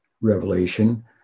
revelation